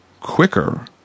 quicker